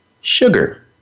sugar